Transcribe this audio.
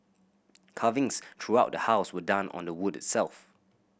carvings throughout the house were done on the wood itself